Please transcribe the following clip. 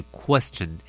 question